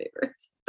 favorites